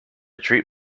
treat